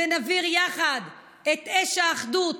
ונבעיר יחד את אש האחדות.